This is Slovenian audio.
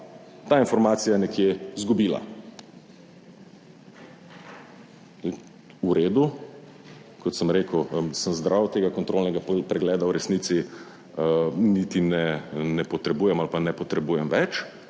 ta informacija nekje izgubila. In v redu, kot sem rekel, sem zdrav, tega kontrolnega pregleda v resnici niti ne ne potrebujem ali pa ne potrebujem več,